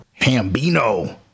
Hambino